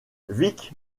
vic